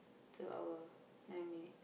to our nine minutes